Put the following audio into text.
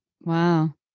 wow